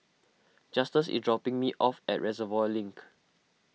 Justus is dropping me off at Reservoir Link